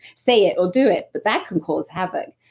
say it or do it, but that can cause havoc.